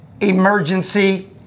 emergency